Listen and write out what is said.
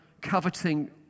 coveting